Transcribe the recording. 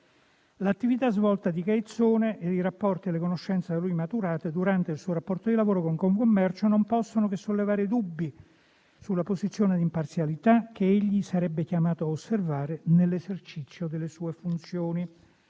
L'attività svolta da Caizzone, i rapporti e le conoscenze dallo stesso maturati durante il suo rapporto di lavoro con Confcommercio non possono che sollevare dubbi sulla posizione di imparzialità che egli sarebbe chiamato a osservare nell'esercizio delle sue funzioni.